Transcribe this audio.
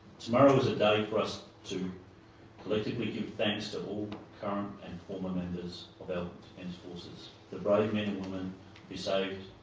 tomorrow is a day for us to collectively give thanks to all current and former members of our and armed forces. the brave men and women who saved,